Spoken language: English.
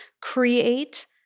create